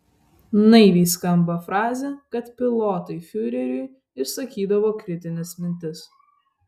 naiviai skamba frazė kad pilotai fiureriui išsakydavo kritines mintis